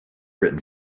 written